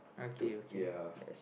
took ya